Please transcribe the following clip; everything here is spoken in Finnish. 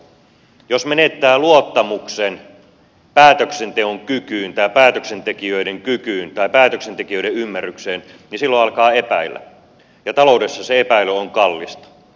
jos menettää luottamuksen päätöksentekijöiden kykyyn tai päätöksentekijöiden ymmärrykseen niin silloin alkaa epäillä ja taloudessa se epäily on kallista